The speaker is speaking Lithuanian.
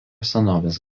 senovės